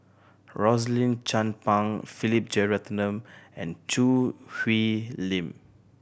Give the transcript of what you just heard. Rosaline Chan Pang Philip Jeyaretnam and Choo Hwee Lim